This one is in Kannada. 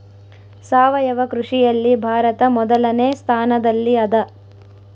ಸಾವಯವ ಕೃಷಿಯಲ್ಲಿ ಭಾರತ ಮೊದಲನೇ ಸ್ಥಾನದಲ್ಲಿ ಅದ